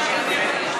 והם יסתכלו עלינו.